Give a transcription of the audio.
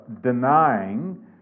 denying